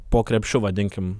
po krepšiu vadinkim